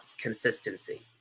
consistency